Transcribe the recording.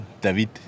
David